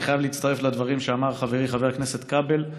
אני חייב להצטרף לדברים שאמר חברי חבר הכנסת כבל.